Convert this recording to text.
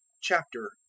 Chapter